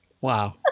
Wow